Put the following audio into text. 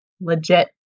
legit